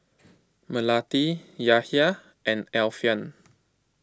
Melati Yahya and Alfian